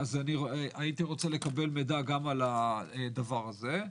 הייתי רוצה לקבל מידע גם על הדבר הזה.